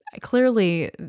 Clearly